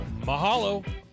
Mahalo